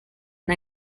and